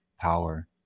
power